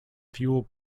fuel